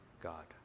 God